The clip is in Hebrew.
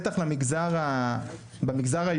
בטח במגזר היהודי.